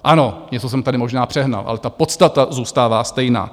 Ano, něco jsem tady možná přehnal, ale ta podstata zůstává stejná.